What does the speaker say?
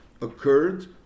occurred